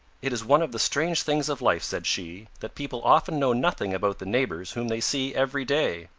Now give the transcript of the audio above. it is one of the strange things of life, said she, that people often know nothing about the neighbors whom they see every day.